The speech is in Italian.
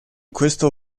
questo